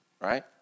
Right